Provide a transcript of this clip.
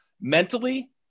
mentally